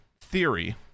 theory